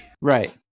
right